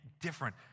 different